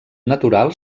natural